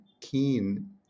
keen